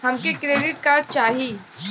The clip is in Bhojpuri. हमके क्रेडिट कार्ड चाही